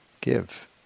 give